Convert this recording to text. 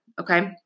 Okay